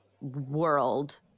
world